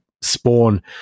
spawn